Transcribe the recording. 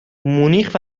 مونیخ